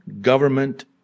government